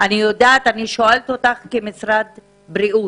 אני שואלת אותך כנציגת משרד הבריאות.